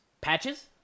Patches